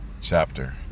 chapter